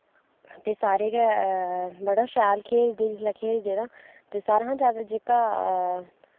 ते सारे गै बड़ा शैल खेढदे जिसलै खेढदे तां ते सारें शा जैदा जेह्का